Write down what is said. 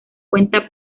cuenta